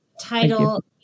Title